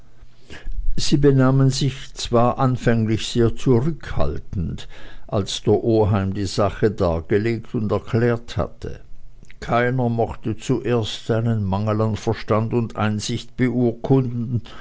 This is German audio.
sie benahmen sich zwar anfänglich sehr zurückhaltend als der oheim die sache dargelegt und erklärt hatte keiner mochte zuerst einen mangel an verstand und einsicht beurkunden